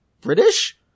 British